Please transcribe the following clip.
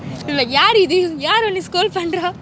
யாரு இது யாரு ஒன்ன:yaru ithu yaru onna scold பண்ரா:panra